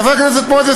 חבר הכנסת מוזס,